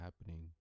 happening